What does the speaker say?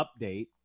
update